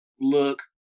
look